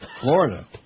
Florida